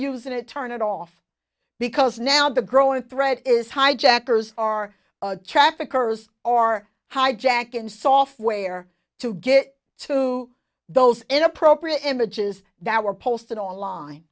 using it turn it off because now the growing threat is hijackers are traffickers or hijacking software to get to those inappropriate images that were posted online